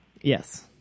Yes